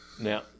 Now